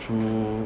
through